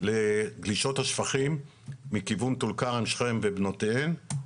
לשאוב את השפכים מכיוון טול כרם, שכם ובנותיהן,